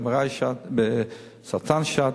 MRI שד וסרטן שד,